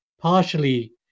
partially